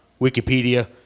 Wikipedia